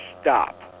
stop